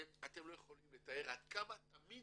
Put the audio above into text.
אתם לא יכולים לתאר עד כמה זה תמיד